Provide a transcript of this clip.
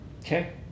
Okay